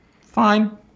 Fine